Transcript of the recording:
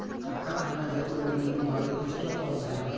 টাকা আমরা যেগুলা লিই উয়াতে ইস্টর অফ ভ্যালু থ্যাকে